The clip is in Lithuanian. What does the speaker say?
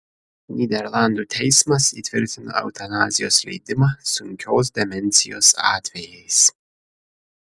nyderlandų teismas įtvirtino eutanazijos leidimą sunkios demencijos atvejais